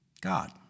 God